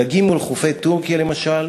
הדגים מול חופי טורקיה", למשל,